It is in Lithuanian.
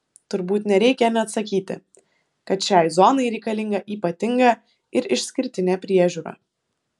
turbūt nereikia net sakyti kad šiai zonai reikalinga ypatinga ir išskirtinė priežiūra